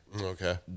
okay